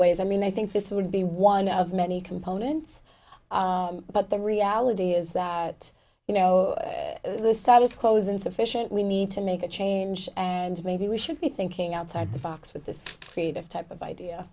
ways i mean i think this would be one of many components but the reality is that you know the status quo is insufficient we need to make a change and maybe we should be thinking outside the box with this creative type of idea